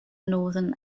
northern